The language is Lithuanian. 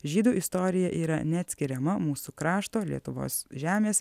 žydų istorija yra neatskiriama mūsų krašto lietuvos žemės